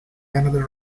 another